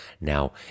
Now